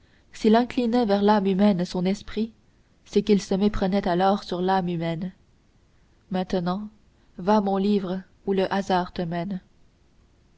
s'il inclinait vers l'âme humaine son esprit c'est qu'il se méprenait alors sur l'âme humaine maintenant va mon livre où le hasard